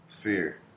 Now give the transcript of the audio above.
Fear